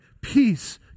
peace